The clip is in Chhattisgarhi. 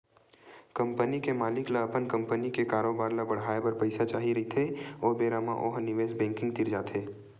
कंपनी के मालिक ल अपन कंपनी के कारोबार ल बड़हाए बर पइसा चाही रहिथे ओ बेरा म ओ ह निवेस बेंकिग तीर जाथे